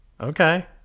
Okay